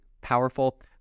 powerful